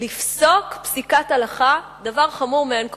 לפסוק פסיקת הלכה, דבר חמור מאין כמותו.